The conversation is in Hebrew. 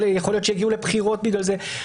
יכול להיות שיגיעו לבחירות בגלל זה.